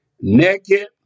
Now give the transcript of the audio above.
naked